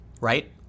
right